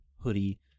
hoodie